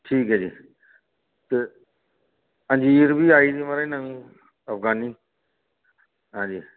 ठीक ऐ जी ते अंजीर बी आई दी महारज नमीं अफगानी हां जी